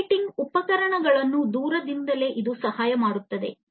operating ಉಪಕರಣಗಳನ್ನು ದೂರದಿಂದಲೇ ಇದು ಸಹಾಯ ಮಾಡುತ್ತದೆ